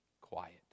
quiet